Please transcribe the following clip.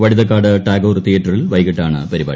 വഴുതയ്ക്കാട് ടഗോർ തിയേറ്ററിൽ വൈകിട്ടാണ് പരിപാടി